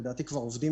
לדעתי, כבר עובדים